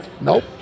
Nope